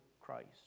Christ